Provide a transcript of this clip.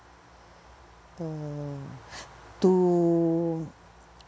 uh to